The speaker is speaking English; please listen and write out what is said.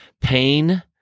Pain